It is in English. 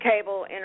cable